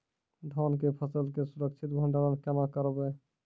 धान के फसल के सुरक्षित भंडारण केना करबै?